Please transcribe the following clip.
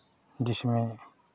जिसमें